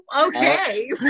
Okay